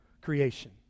creation